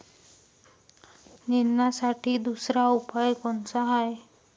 निंदनासाठी दुसरा उपाव कोनचा हाये?